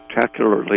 spectacularly